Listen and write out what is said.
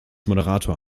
moderator